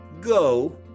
go